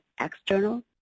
external